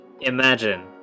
imagine